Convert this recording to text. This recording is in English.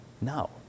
No